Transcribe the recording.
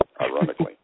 ironically